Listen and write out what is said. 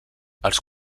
els